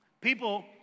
people